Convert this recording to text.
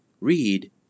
Read